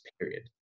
period